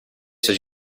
such